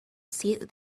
seat